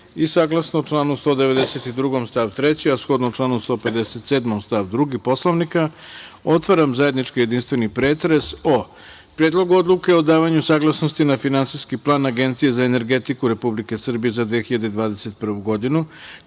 poslanike. Saglasno članu 192. stav 3, a shodno članu 157. stav 2. Poslovnika otvaram zajednički jedinstveni pretres o: Predlogu odluke o davanju saglasnosti na Finansijski plan Agencija za energetiku Republike Srbije za 2021. godinu,